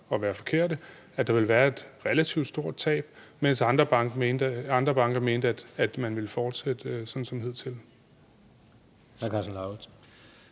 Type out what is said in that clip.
at være forkerte – at der ville være et relativt stort tab, mens andre banker mente, at man ville fortsætte som hidtil.